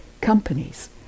companies